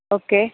okay